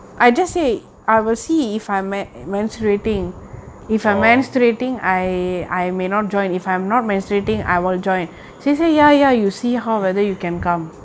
oh